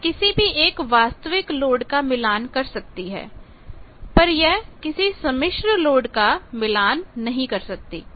तो यह किसी भी एक वास्तविक लोड का मिलान कर सकती है पर यह किसी सम्मिश्र लोड का मिलान नहीं कर सकती